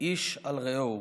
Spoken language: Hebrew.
איש על רעהו.